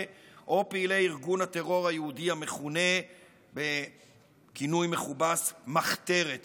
או פעילי ארגון הטרור היהודי המכונה בכינוי מכובס "מחתרת יהודית".